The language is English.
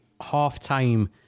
half-time